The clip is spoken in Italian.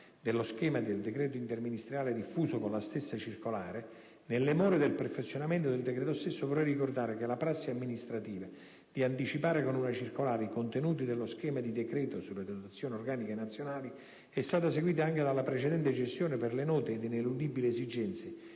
dello schema di decreto interministeriale diffuso con la stessa circolare, nelle more del perfezionamento del decreto stesso, vorrei ricordare che la prassi amministrativa di anticipare con una circolare i contenuti dello schema di decreto sulle dotazioni organiche nazionali è stata seguita anche dalla precedente gestione per le note ed ineludibili esigenze